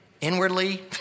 inwardly